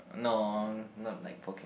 no not like Pokemon